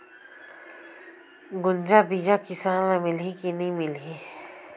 गुनजा बिजा किसान ल मिलही की नी मिलही?